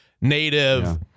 native